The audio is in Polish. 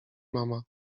mama